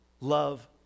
Love